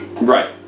Right